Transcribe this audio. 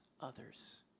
others